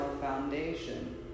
foundation